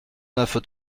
neuf